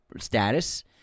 status